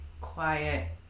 quiet